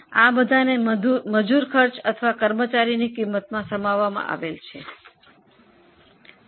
આ બધા મજૂર ખર્ચ અથવા કર્મચારી ખર્ચમાં સમાવવામાં શામેલ કરવામાં આવે છે